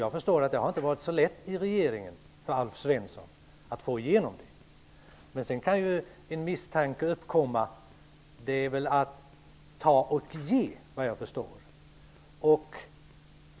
Jag förstår att det inte har varit så lätt för Alf Svensson att få igenom detta hos regeringen. Misstanken kan ju uppstå att det handlar om att ta och ge.